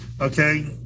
okay